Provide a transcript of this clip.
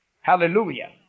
Hallelujah